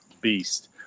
beast